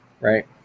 right